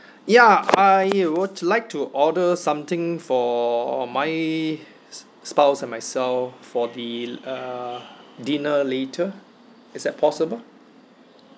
ya I would like to order something for my spouse and myself for the uh dinner later is that possible